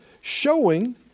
showing